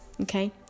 Okay